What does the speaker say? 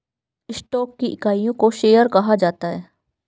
stock की इकाइयों को शेयर कहा जाता है